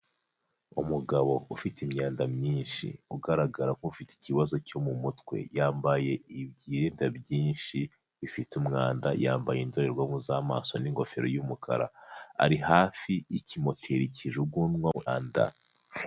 Umugabo ufite imyanda myinshi ugaragara nk'ufite ikibazo cyo mu mutwe, yambaye ibyenda byinshi bifite umwanda, yambaye indorerwamo z'amaso n'ingofero y'umukara, ari hafi y'ikimoteri kijugunywamo imyanda.